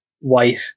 white